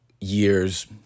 years